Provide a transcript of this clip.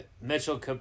Mitchell